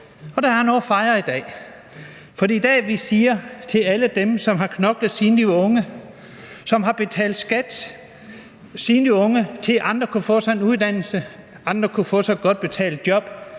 Og der noget at fejre i dag. For i dag siger vi til alle dem, som har knoklet, siden de var unge, og som har betalt skat, så andre kunne få sig en uddannelse og få sig et godt betalt job,